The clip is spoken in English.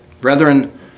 Brethren